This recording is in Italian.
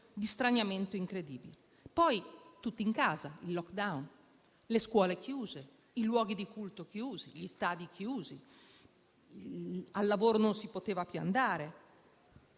di straniamento incredibile. Poi tutti in casa, con il *lockdown*: le scuole chiuse; i luoghi di culto chiusi; gli stadi chiusi; al lavoro non si poteva più andare;